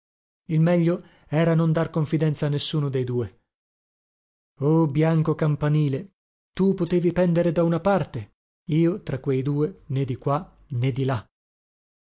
il meglio era non dar confidenza a nessuno dei due o bianco campanile tu potevi pendere da una parte io tra quei due né di qua né di là